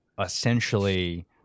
essentially